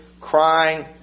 crying